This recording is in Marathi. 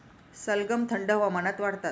सलगम थंड हवामानात वाढतात